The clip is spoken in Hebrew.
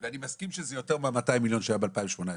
אני מסכים שזה יותר מ-200,000,000 ₪ שהיו ב-2018,